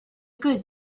good